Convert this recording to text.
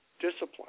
discipline